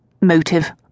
Motive